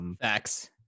Facts